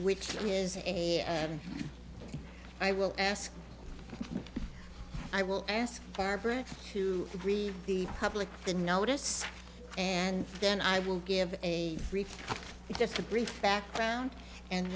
which is a i will ask i will ask barbara to read the public the notice and then i will give a brief just a brief background and